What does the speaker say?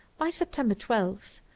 by september twelve,